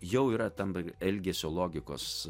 jau yra tampa elgesio logikos